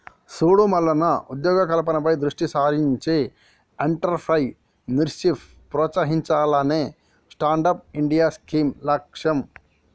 సూడు మల్లన్న ఉద్యోగ కల్పనపై దృష్టి సారించి ఎంట్రప్రేన్యూర్షిప్ ప్రోత్సహించాలనే స్టాండప్ ఇండియా స్కీం లక్ష్యం